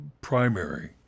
Primary